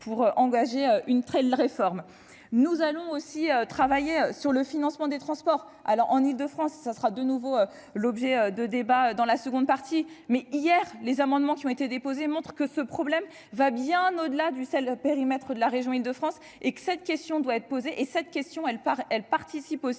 pour engager une telle réforme, nous allons aussi travailler sur le financement des transports alors en Île-de-France, ça sera de nouveau l'objet de débats dans la seconde partie, mais hier les amendements qui ont été déposées, montres que ce problème va bien au-delà du sel, le périmètre de la région Île-de-France et que cette question doit être posée et cette question, elle part, elle